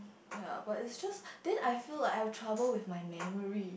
ya but it's just then I feel like I have trouble with my memory